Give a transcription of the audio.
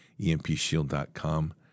empshield.com